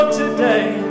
today